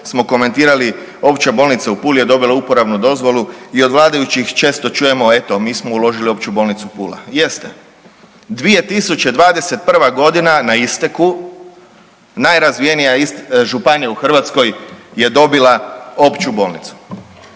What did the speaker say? smo komentirali, Opća bolnica u Puli je dobila uporabnu dozvolu i od vladajućih često čujemo, eto mi smo uložili u Opću bolnicu Pula. Jeste, 2021. godina na isteku, najrazvijenija županija u Hrvatskoj je dobila Opću bolnicu.